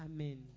Amen